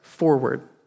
forward